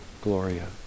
Gloria